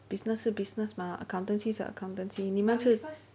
business 是 business mah accountancy 是 accountancy 你们是